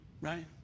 right